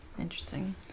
Interesting